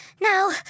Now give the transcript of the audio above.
Now